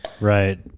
Right